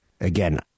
again